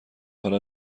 حالا